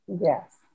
Yes